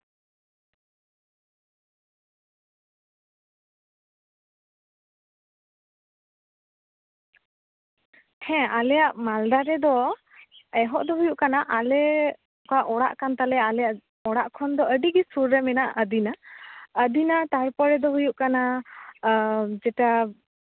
ᱦᱮᱸ ᱟᱞᱮᱭᱟᱜ ᱢᱟᱞᱫᱟ ᱨᱮᱫᱚ ᱮᱦᱚᱵ ᱫᱚ ᱦᱩᱭᱩᱜ ᱠᱟᱱᱟ ᱟᱞᱮ ᱚᱠᱟ ᱚᱲᱟᱜ ᱠᱟᱱ ᱛᱟᱞᱮᱭᱟ ᱟᱞᱮᱭᱟᱜ ᱚᱲᱟᱜ ᱠᱷᱚᱱ ᱫᱚ ᱟᱹᱰᱤ ᱜᱮ ᱥᱩᱨ ᱨᱮ ᱢᱮᱱᱟᱜ ᱟᱹᱫᱤᱱᱟ ᱟᱹᱫᱤᱱᱟ ᱛᱟᱨᱯᱚᱨᱮ ᱫᱚ ᱦᱩᱭᱩᱜ ᱠᱟᱱᱟ ᱡᱮᱴᱟ